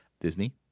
Disney